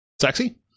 Sexy